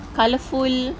colourful